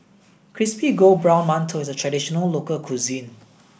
Crispy Gold Brown Mantou is a traditional local cuisine